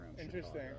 interesting